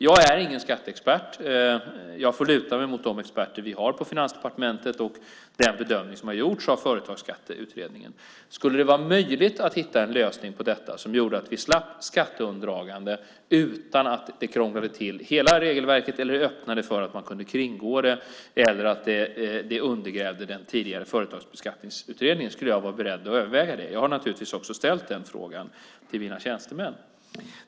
Jag är ingen skatteexpert, utan jag får luta mig mot de experter vi har på Finansdepartementet och den bedömning som har gjorts av Företagsskatteutredningen. Skulle det vara möjligt att hitta en lösning på detta som gjorde att vi slapp skatteundandragande utan att krångla till hela regelverket, öppna för att man kunde kringgå det eller att det undergrävde den tidigare Företagsskatteutredningen skulle jag vara beredd att överväga det. Jag har naturligtvis också ställt den frågan till mina tjänstemän.